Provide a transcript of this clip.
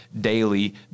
daily